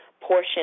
portion